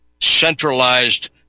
centralized